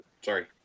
Sorry